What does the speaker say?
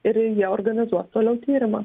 ir jie organizuos toliau tyrimą